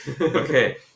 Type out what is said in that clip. Okay